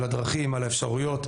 על הדרכים ועל האפשרויות,